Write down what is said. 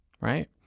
right